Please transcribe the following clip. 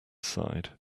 side